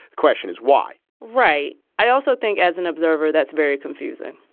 question is why? right. i also think as an observer, that's very confusing.